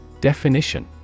Definition